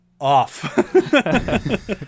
off